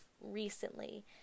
recently